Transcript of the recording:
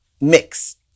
mix